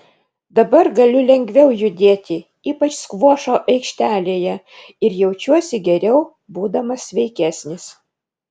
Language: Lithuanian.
dabar galiu lengviau judėti ypač skvošo aikštelėje ir jaučiuosi geriau būdamas sveikesnis